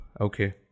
okay